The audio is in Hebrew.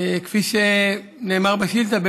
כפי שנאמר בשאילתה,